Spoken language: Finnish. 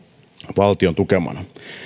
valtion tukemana